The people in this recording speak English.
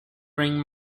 bring